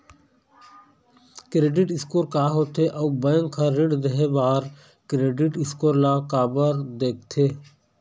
Credit score का होथे अउ बैंक हर ऋण देहे बार क्रेडिट स्कोर ला काबर देखते?